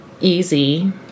easy